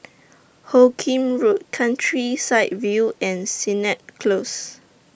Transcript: Hoot Kiam Road Countryside View and Sennett Close